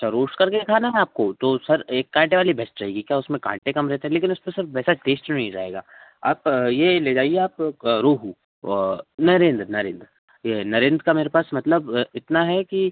अच्छा रोस्ट करके खाना है आपको तो सर यह कांटे वाली बेस्ट रहेगी क्या इसमें कांटे कम रहते हैं लेकिन उसमें सर वैसा टेस्ट नहीं रहेगा आप यह ले जाइए आप रोहू नरेंद्र नरेंन यह नरेंद्र का मेरे पास मतलब इतना है कि